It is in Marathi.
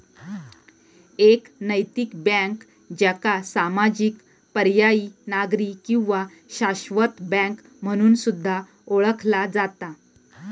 एक नैतिक बँक, ज्याका सामाजिक, पर्यायी, नागरी किंवा शाश्वत बँक म्हणून सुद्धा ओळखला जाता